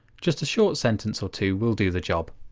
just a short sentence or two will do the job.